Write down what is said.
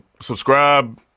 subscribe